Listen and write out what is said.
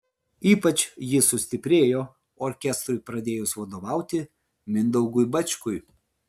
ypač ji sustiprėjo orkestrui pradėjus vadovauti mindaugui bačkui